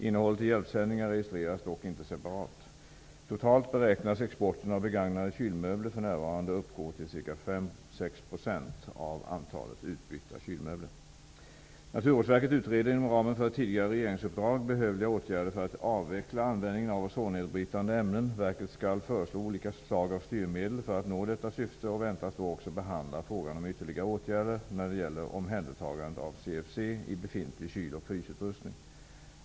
Innehållet i hjälpsändningar registreras dock inte separat. Totalt beräknas exporten av begagnade kylmöbler för närvarande uppgå till 5-6 % av antalet utbytta kylmöbler. Naturvårdsverket utreder inom ramen för ett tidigare regeringsuppdrag behövliga åtgärder för att avveckla användningen av ozonnedbrytande ämnen. Verket skall föreslå olika slag av styrmedel för att nå detta syfte och väntas då också behandla frågan om ytterligare åtgärder när det gäller omhändertagandet av CFC i befintlig kyl och frysutrustning.